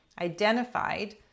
identified